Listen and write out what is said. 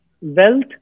wealth